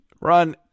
run